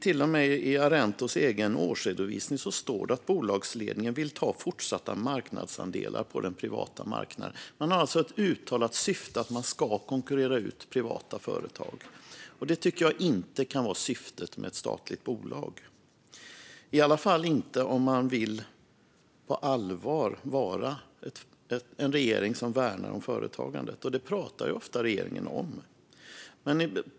Till och med i Arentos egen årsredovisning står det att bolagsledningen vill ta fortsatta marknadsandelar på den privata marknaden. Man har alltså ett uttalat syfte att konkurrera ut privata företag. Det tycker jag inte kan vara syftet med ett statligt bolag, i alla fall inte om man på allvar vill vara en regering som värnar om företagandet, vilket regeringen ofta pratar om.